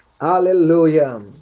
Hallelujah